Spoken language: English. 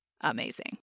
amazing